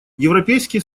европейский